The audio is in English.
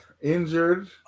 injured